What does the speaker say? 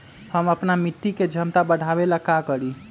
हम अपना मिट्टी के झमता बढ़ाबे ला का करी?